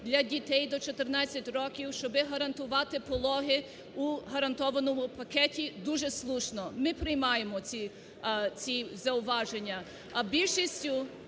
для дітей до 14 років, щоб гарантувати пологи у гарантованому пакеті, дуже слушно, ми приймаємо ці зауваження.